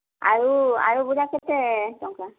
ଆଳୁ ଆଳୁ ଗୁଡ଼ାକ କେତେ ଟଙ୍କା